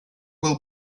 will